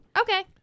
Okay